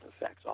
effects